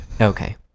Okay